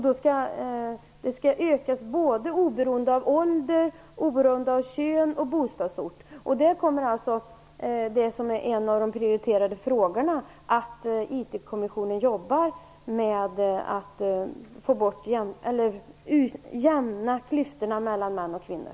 Den skall öka oberoende av ålder, kön och bostadsort. En av de prioriterade frågorna för IT-kommissionen är att arbeta med att utjämna klyftorna mellan män och kvinnor.